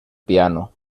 piano